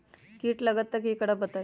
कीट लगत त क करब बताई?